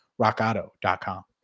RockAuto.com